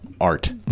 art